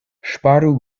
ŝparu